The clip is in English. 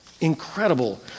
Incredible